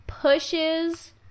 Pushes